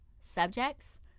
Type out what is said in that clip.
subjects